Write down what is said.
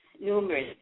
numerous